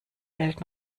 welt